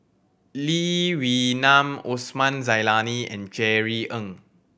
Lee Wee Nam Osman Zailani and Jerry Ng